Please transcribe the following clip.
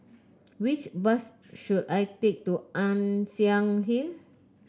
which bus should I take to Ann Siang Hill